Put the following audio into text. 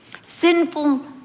sinful